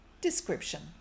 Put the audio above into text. Description